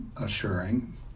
assuring